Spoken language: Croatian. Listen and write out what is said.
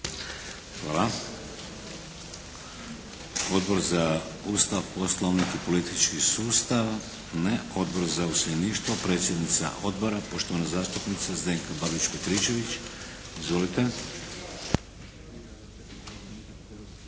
Hvala. Odbor za Ustav, poslovnik i politički sustav? Ne. Odbor za useljeništvo, predsjednica Odbora, poštovana zastupnica Zdenka Babić Petričević. Izvolite.